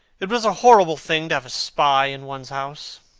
it was a horrible thing to have a spy in one's house.